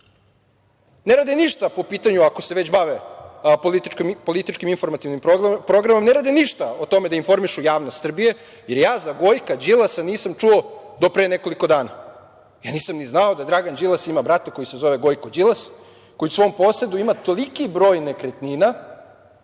ne rade ništa po pitanju, ako se već bave političkim informativnim programom, ne rade ništa o tome da informišu javnost Srbije, jer ja za Gojka Đilasa nisam čuo do pre nekoliko dana. Ja nisam ni znao da Dragan Đilas ima brata koji se zove Gojko Đilas, koji u svom posedu ima toliki broj nekretnina